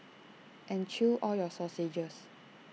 and chew all your sausages